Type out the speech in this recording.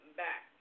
back